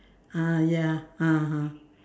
ah ya ah ah